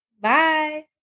Bye